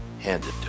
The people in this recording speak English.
handed